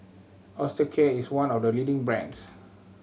Osteocare is one of the leading brands